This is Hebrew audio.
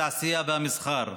התעשייה והמסחר.